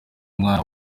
umwana